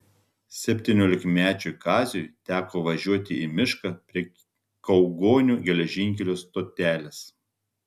septyniolikmečiui kaziui teko važiuoti į mišką prie kaugonių geležinkelio stotelės